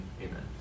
Amen